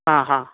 हा हा